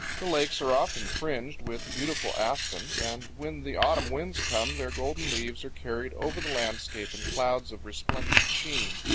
the lakes are often fringed with beautiful aspens, and when the autumn winds come their golden leaves are carried over the landscape in clouds of resplendent sheen.